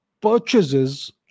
purchases